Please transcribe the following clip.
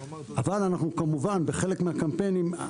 אבל אנחנו כמובן בחלק מהקמפיינים,